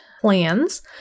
plans